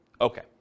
Okay